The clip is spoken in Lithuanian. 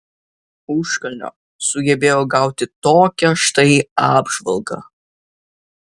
užkalnio sugebėjo gauti tokią štai apžvalgą